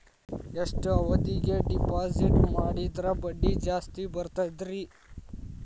ಎಷ್ಟು ಅವಧಿಗೆ ಡಿಪಾಜಿಟ್ ಮಾಡಿದ್ರ ಬಡ್ಡಿ ಜಾಸ್ತಿ ಬರ್ತದ್ರಿ?